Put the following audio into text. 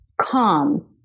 calm